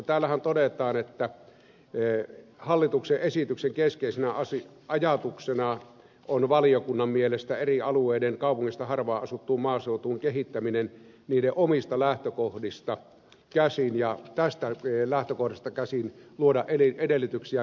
täällähän todetaan että valiokunnan mielestä hallituksen esityksen keskeisenä ajatuksena on eri alueiden kaupungista harvaan asuttuun maaseutuun kehittäminen niiden omista lähtökohdista ja luoda edellytyksiä kehittämistyölle